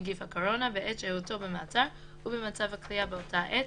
נגיף הקורונה) בעת שהותו במעצר ובמצב הכליאה באותה עת,